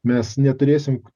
mes neturėsim